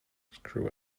screw